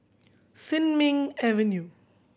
Sin Ming Avenue